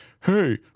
Hey